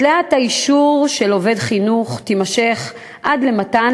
התליית האישור של עובד חינוך תימשך עד למתן